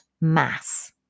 mass